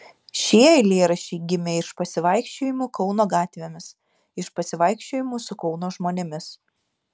šie eilėraščiai gimė iš pasivaikščiojimų kauno gatvėmis iš pasivaikščiojimų su kauno žmonėmis